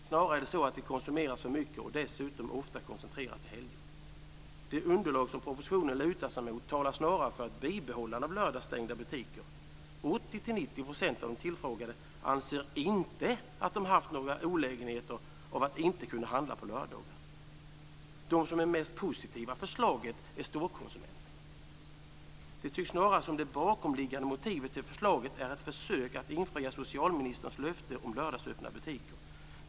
Snarare är det så att det konsumeras för mycket och dessutom ofta koncentrerat till helger. Det underlag som propositionen lutar sig mot talar snarare för ett bibehållande av lördagsstängda systembutiker. 80-90 % av de tillfrågade anser inte att de haft några olägenheter av att inte kunna handla på lördagar. De som är mest positiva till förslaget är storkonsumenter. Det tycks snarare som om det bakomliggande motivet till förslaget är ett försök att infria socialministerns löfte om lördagsöppna butiker.